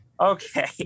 Okay